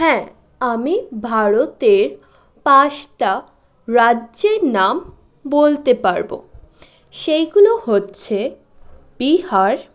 হ্যাঁ আমি ভারতের পাঁচটা রাজ্যের নাম বলতে পারব সেইগুলো হচ্ছে বিহার